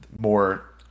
more